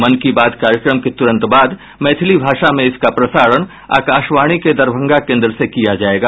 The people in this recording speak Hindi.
मन की बात कार्यक्रम के तुरंत बाद मैथिली भाषा में इसका प्रसारण आकाशवाणी के दरभंगा केन्द्र से किया जायेगा